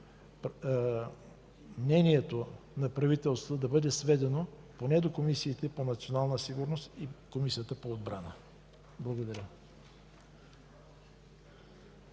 мнението на правителството да бъде сведено поне до Комисията по национална сигурност и Комисията по отбрана? Благодаря.